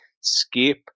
skip